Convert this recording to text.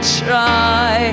try